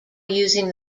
using